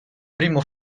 primo